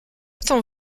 t’en